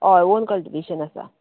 होय own cultivation आसा